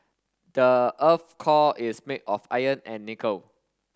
the earth core is made of iron and nickel